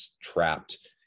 trapped